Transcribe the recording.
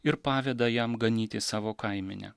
ir paveda jam ganyti savo kaimenę